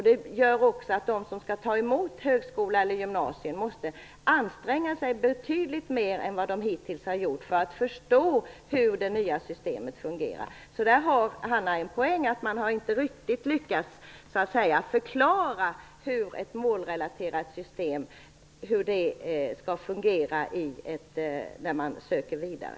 Det gör också att de som skall ta emot elever - högskola eller gymnasium - måste anstränga sig betydligt mer än de hittills har gjort för att förstå hur det nya systemet fungerar. Där har Hanna Zetterberg en poäng. Man har inte riktigt lyckats förklara hur ett målrelaterat system skall fungera när eleverna söker vidare.